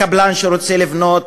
לקבלן שרוצה לבנות,